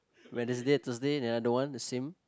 Wednesday Thursday the other on the same